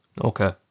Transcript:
Okay